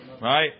right